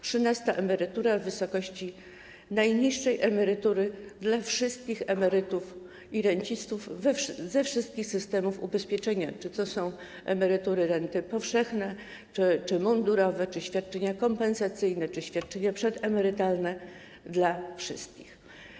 Trzynasta emerytura w wysokości najniższej emerytury - dla wszystkich emerytów i rencistów ze wszystkich systemów ubezpieczenia: czy to są emerytury i renty powszechne, czy mundurowe, czy świadczenia kompensacyjne, czy świadczenia przedemerytalne dla wszystkich.